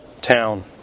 town